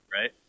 right